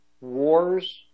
wars